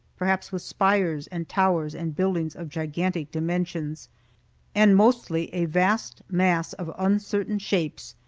perhaps, with spires and towers and buildings of gigantic dimensions and mostly a vast mass of uncertain shapes,